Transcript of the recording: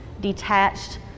detached